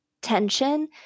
tension